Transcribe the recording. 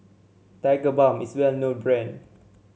Tigerbalm is a well known brand